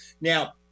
Now